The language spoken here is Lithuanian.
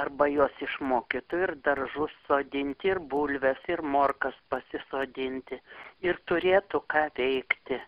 arba juos išmokytų ir daržus sodint ir bulves ir morkas pasisodinti ir turėtų ką veikti